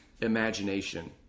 imagination